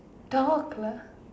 dog lah